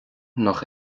nach